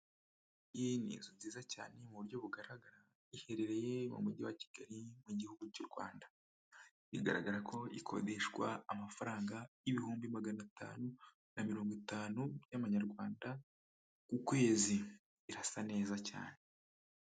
iyi ni inzu nziza cyane mu buryo bugaragara, iherereye mu mujyi wa Kigali mu gihugu cy'u Rwanda, igaragara ko ikodeshwa amafaranga ibihumbi magana atanu na mirongo itanu by'amanyarwanda ku kwezi, irasa neza cyane.